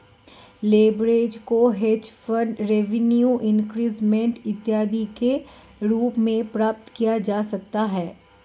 leverage को hedge fund revenue increment इत्यादि के रूप में प्राप्त किया जा सकता है